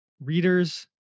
readers